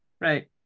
Right